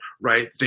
right